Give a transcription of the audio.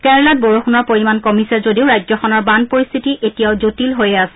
কেৰালাত বৰষণৰ পৰিমাণ কমিছে যদিও ৰাজ্যখনৰ বানপৰিস্থিতি এতিয়াও জটিল হৈছে আছে